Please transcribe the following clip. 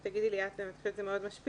תגידי לי את אם את חושבת שזה מאוד משפיע,